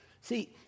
See